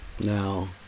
Now